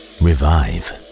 revive